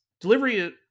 Delivery